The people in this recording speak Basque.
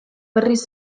berriz